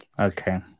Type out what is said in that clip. Okay